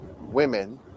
women